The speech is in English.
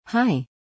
Hi